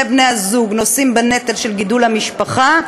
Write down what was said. בני-הזוג נושאים בנטל של גידול המשפחה,